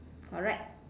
correct